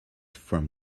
from